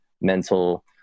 mental